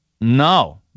No